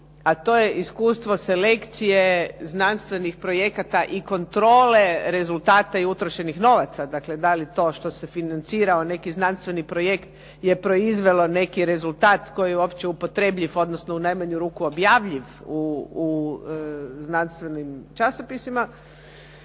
a to je iskustvo selekcije znanstvenih projekata i kontrole rezultata i utrošenih novaca. Dakle, da li to što se financirao neki znanstveni projekt je proizvelo neki rezultat koji je uopće upotrjebljiv odnosno u najmanju ruku objavljiv u znanstvenim časopisima.